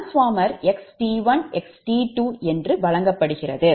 transfer xT1 xT2 என்று வழங்கப்படுகிறது